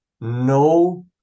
no